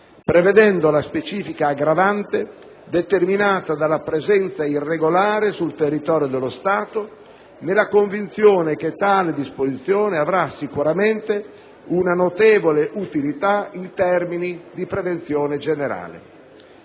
prevedendo la specifica aggravante determinata dalla presenza irregolare sul territorio dello Stato, nella convinzione che tale disposizione avrà sicuramente una notevole utilità in termini di prevenzione generale.